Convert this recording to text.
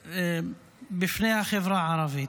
בפני החברה הערבית.